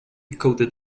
coated